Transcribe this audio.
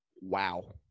Wow